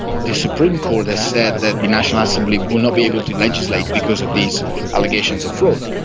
the supreme court has said that the national assembly will not be able to legislate because of these allegations of fraud.